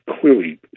clearly